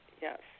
yes